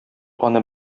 аны